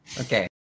Okay